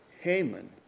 Haman